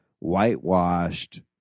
whitewashed